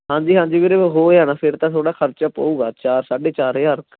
ਹਾਂਜੀ ਹਾਂਜੀ ਵੀਰੇ ਹੋ ਜਾਣਾ ਫਿਰ ਤਾਂ ਥੋੜ੍ਹਾ ਖਰਚਾ ਪਵੇਗਾ ਚਾਰ ਸਾਢੇ ਚਾਰ ਹਜ਼ਾਰ